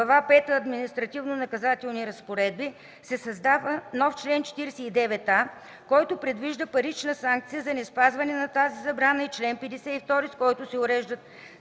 Глава пета „Административнонаказателни разпоредби” се създава нов чл. 49а, който предвижда парична санкция за неспазване на тази забрана и чл. 52, с който се уреждат